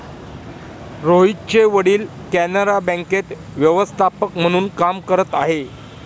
रोहितचे वडील कॅनरा बँकेत व्यवस्थापक म्हणून काम करत आहे